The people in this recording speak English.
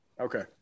Okay